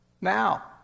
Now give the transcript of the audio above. now